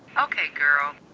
okay, girl.